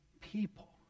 people